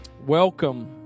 welcome